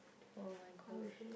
!oh-my-gosh!